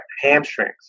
hamstrings